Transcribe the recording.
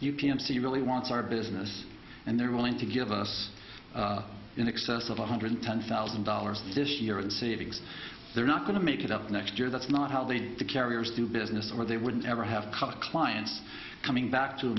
you can see really wants our business and they're willing to give us in excess of one hundred ten thousand dollars this year and savings they're not going to make it up next year that's not how they do the carriers do business or they wouldn't ever have cut clients coming back to